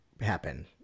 happen